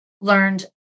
learned